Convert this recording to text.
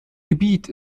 gebiet